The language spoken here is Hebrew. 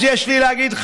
אז יש לי משהו להגיד לך,